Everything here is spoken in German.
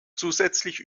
zusätzlich